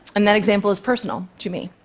and that example is personal to me.